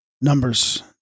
Numbers